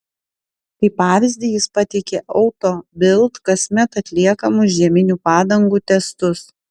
kaip pavyzdį jis pateikė auto bild kasmet atliekamus žieminių padangų testus